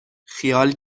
خیال